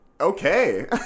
Okay